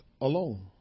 alone